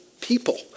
people